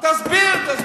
אני אסביר לך למה.